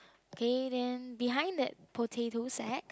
okay then behind that potato sack